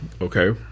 Okay